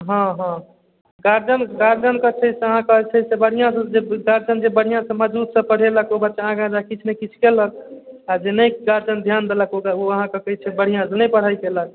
हँ हँ गार्जियन गार्जियनके जे छै से अहाँकेँ जे छै से बढ़िआँसँ जे गार्जियन जे बढ़िआँसँ मजबूतसँ पढ़ेलक ओ बच्चा आगाँ जा कऽ किछु ने किछु केलक आ जे नहि गार्जियन ध्यान देलक ओ अहाँके बढ़िआँसँ नहि पढ़ाइ केलक